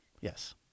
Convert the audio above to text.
Yes